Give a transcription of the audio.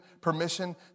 permission